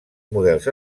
models